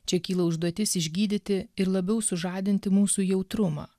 čia kyla užduotis išgydyti ir labiau sužadinti mūsų jautrumą